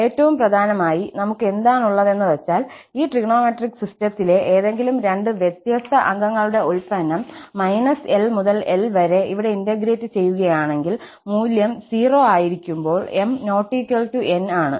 ഏറ്റവും പ്രധാനമായി നമുക്ക് എന്താണുള്ളതെന്നുവച്ചാൽ ഈ ട്രിഗണോമെട്രിക് സിസ്റ്റത്തിലെ ഏതെങ്കിലും രണ്ട് വ്യത്യസ്ത അംഗങ്ങളുടെ ഉൽപന്നം −l മുതൽ l വരെ ഇവിടെ ഇന്റഗ്രേറ്റ് ചെയ്യുകയാണെങ്കിൽ മൂല്യം 0 ആയിരിക്കുമ്പോൾ m ≠ n ആണ്